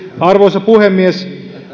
arvoisa puhemies